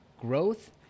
growth